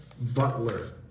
Butler